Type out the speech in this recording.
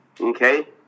Okay